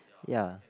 ya